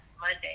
Monday